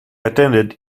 attended